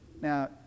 Now